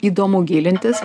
įdomu gilintis